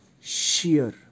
sheer